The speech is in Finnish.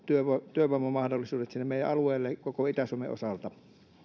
työvoimamahdollisuudet sinne meidän alueelle koko itä suomen osalta